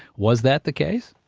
was that the case?